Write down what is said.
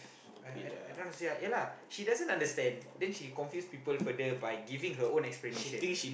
I I I don't understand ya lah she doesn't understand then she confuse people further by giving her own explanation